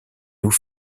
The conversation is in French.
nous